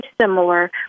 similar